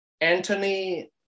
Anthony